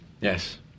Yes